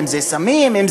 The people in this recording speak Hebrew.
אם סמים,